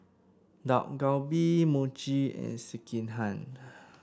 Dak Galbi Mochi and Sekihan